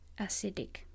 acidic